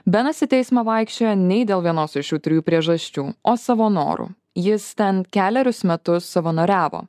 benas į teismą vaikščiojo nei dėl vienos iš šių trijų priežasčių o savo noru jis ten kelerius metus savanoriavo